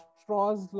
straws